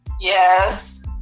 Yes